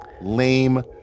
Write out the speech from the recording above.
lame